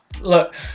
Look